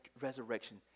resurrection